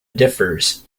differs